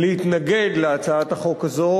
להתנגד להצעת החוק הזאת.